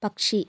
പക്ഷി